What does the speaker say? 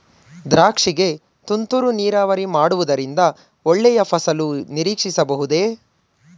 ದ್ರಾಕ್ಷಿ ಗೆ ತುಂತುರು ನೀರಾವರಿ ಮಾಡುವುದರಿಂದ ಒಳ್ಳೆಯ ಫಸಲು ನಿರೀಕ್ಷಿಸಬಹುದೇ?